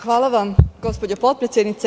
Hvala vam, gospođo potpredsednice.